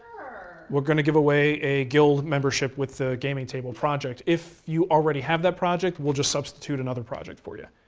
we're going to give away a guild membership with the gaming table project. if you already have that project, we'll just substitute another project for yeah